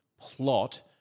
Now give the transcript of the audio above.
plot